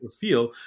feel